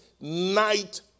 night